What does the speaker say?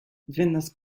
venas